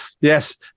Yes